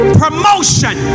promotion